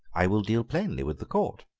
i will deal plainly with the court.